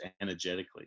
energetically